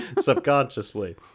subconsciously